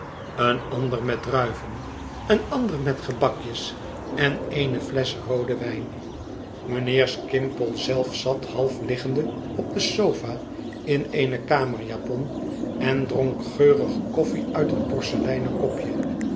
een ander met druiven een ander met gebakjes en eene flesch rooden wijn mijnheer skimpole zelf zat half liggende op de sofa in eene kamerjapon en dronk geurige koffie uit een porceleinen kopje